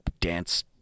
dance